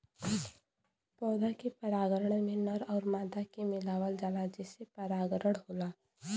पौधा के परागण में नर आउर मादा के मिलावल जाला जेसे परागण होला